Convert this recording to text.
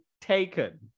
taken